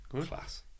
Class